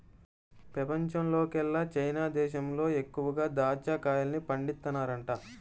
పెపంచంలోకెల్లా చైనా దేశంలో ఎక్కువగా దాచ్చా కాయల్ని పండిత్తన్నారంట